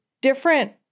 different